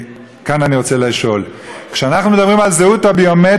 וכאן אני רוצה לשאול: כאשר אנחנו מדברים על הזהות הביומטרית,